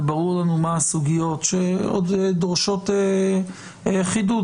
וברור לנו מה הסוגיות שעוד דורשות חידוד,